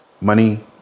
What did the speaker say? money